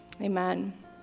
Amen